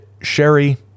Sherry